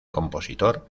compositor